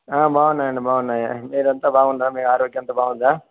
బాగున్నాయి అండి బాగున్నాయి మీరు అంతా బాగున్నారా మీ ఆరోగ్యం అంతా బాగుందా